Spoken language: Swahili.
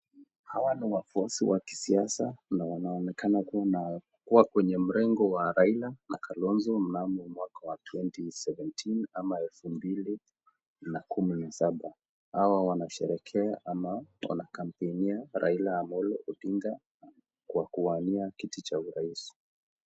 Hawa ni wafuasi wa kisiasa na wanaonekana kuwa kwenye mrengo wa Raila na Kalonzo mnamo mwaka wa 2017 ama elfu mbili na kumi na saba. Hawa wanasherekea ama wanakampenia Raila Amolo Odinga kwa kuwania kiti cha urais.